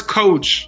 coach